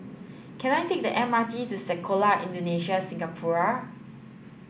can I take the M R T to Sekolah Indonesia Singapura